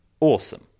awesome